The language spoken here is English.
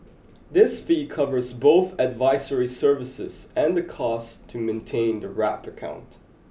this fee covers both advisory services and the costs to maintain the wrap account